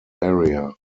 area